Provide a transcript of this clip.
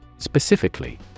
Specifically